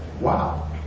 wow